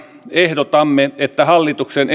ehdotamme että hallituksen